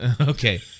Okay